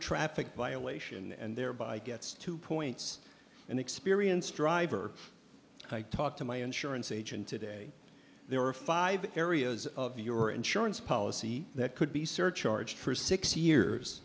traffic violation and thereby gets two points an experienced driver i talked to my insurance agent today there are five areas of your insurance policy that could be surcharged for six years